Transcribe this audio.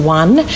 one